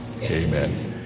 Amen